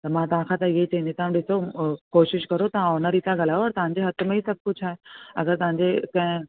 त मां तव्हांखां त इहा ई चवंदी तव्हां ॾिसो कोशिशि करो तां हुन ॾीं तां ॻाल्हायो ओर तव्हांजे हथ में हीउ सभ कुझु आहे अगरि तव्हांजे कंहिं